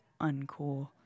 uncool